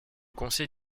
conseil